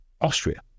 Austria